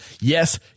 Yes